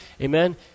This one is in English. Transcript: amen